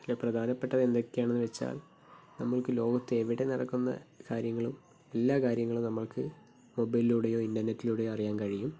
അതിലെ പ്രധാനപ്പെട്ടത് എന്തൊക്കെയാണെന്ന് വെച്ചാൽ നമ്മൾക്ക് ലോകത്ത് എവിടെ നടക്കുന്ന കാര്യങ്ങളും എല്ലാ കാര്യങ്ങളും നമ്മൾക്ക് മൊബൈലിലൂടെയോ ഇൻ്റർനെറ്റിലൂടെയോ അറിയാൻ കഴിയും